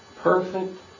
Perfect